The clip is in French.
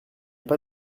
pas